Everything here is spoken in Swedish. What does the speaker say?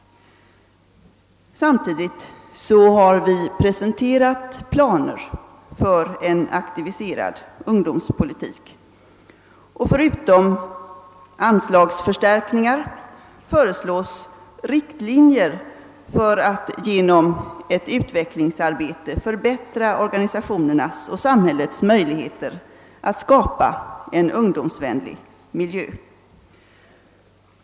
Samtidigt har vi presenterat planer för en aktiverad ungdomspolitik. Förutom anslagsförstärkningar föreslås riktlinjer för att genom ett utvecklingsarbete förbättra organisationernas och samhällets möjligheter att skapa en ungdomsvänlig miljö.